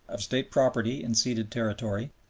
of state property in ceded territory,